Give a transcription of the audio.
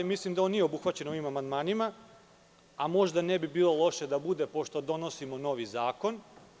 Mislim da on nije obuhvaćen ovim amandmanima, a možda ne bi bilo loše da bude, pošto donosimo novi zakon.